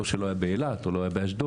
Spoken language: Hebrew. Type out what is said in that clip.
לא שלא היה באילת או לא היה באשדוד.